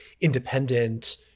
independent